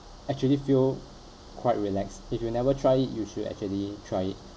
actually feel quite relax if you never try it you should actually try it